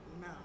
No